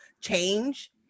change